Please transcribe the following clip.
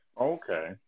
okay